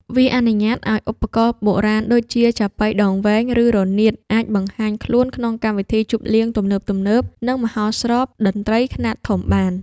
វាអនុញ្ញាតឱ្យឧបករណ៍បុរាណដូចជា ចាប៉ីដងវែង ឬរនាត អាចបង្ហាញខ្លួនក្នុងកម្មវិធីជប់លៀងទំនើបៗ និងមហោស្រពតន្ត្រីខ្នាតធំបាន។